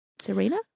Serena